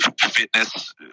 fitness